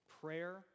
prayer